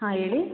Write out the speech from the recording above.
ಹಾಂ ಹೇಳಿ